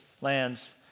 lands